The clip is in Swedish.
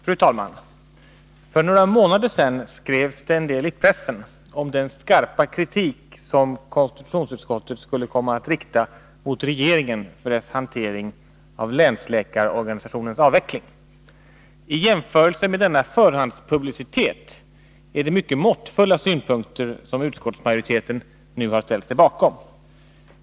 Fru talman! För några månader sedan skrevs det en del i pressen om den skarpa kritik som konstitutionsutskottet skulle komma att rikta mot regeringen för dess hantering av länsläkarorganisationens avveckling. I jämförelse med denna förhandspublicitet är det mycket måttfulla synpunkter som utskottsmajoriteten nu har ställt sig bakom.